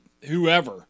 whoever